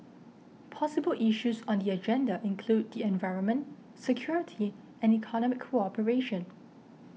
possible issues on the agenda include the environment security and economic cooperation